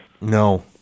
No